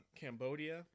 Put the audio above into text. Cambodia